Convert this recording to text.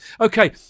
Okay